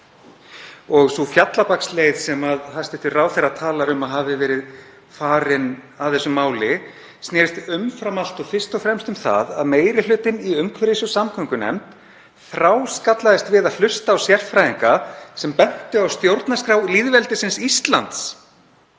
Og sú fjallabaksleið sem hæstv. ráðherra talar um að hafi verið farin að þessu máli snerist umfram allt og fyrst og fremst um það að meiri hlutinn í umhverfis- og samgöngunefnd þráskallast við að hlusta á sérfræðinga sem bentu á stjórnarskrá lýðveldisins Íslands